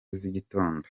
z’igitondo